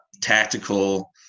tactical